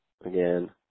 again